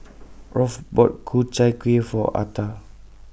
Rolf bought Ku Chai Kueh For Ata